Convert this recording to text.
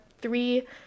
three